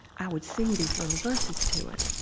i would sing these little verses to it.